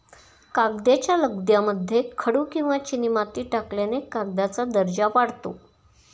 कागदाच्या लगद्यामध्ये खडू किंवा चिनीमाती टाकल्याने कागदाचा दर्जा वाढतो